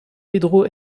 pedro